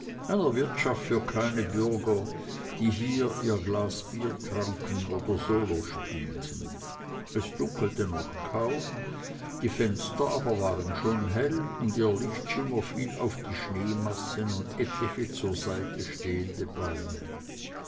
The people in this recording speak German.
wirtschaft für kleine bürger die hier ihr glas bier tranken oder solo spielten es dunkelte noch kaum die fenster aber waren schon hell und ihr lichtschimmer fiel auf die schneemassen und etliche zur seite stehende bäume